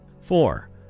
Four